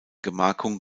gemarkung